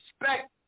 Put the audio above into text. respect